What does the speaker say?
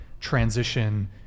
transition